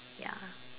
ya